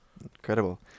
Incredible